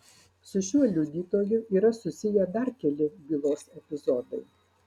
su šiuo liudytoju yra susiję dar keli bylos epizodai